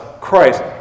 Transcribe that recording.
Christ